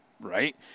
right